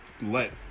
let